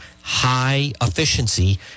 high-efficiency